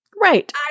Right